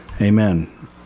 Amen